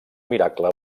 miracle